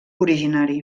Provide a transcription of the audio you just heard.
originari